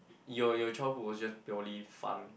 your your childhood was just purely fun